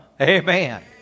Amen